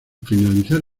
finalizar